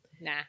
Nah